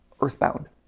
Earthbound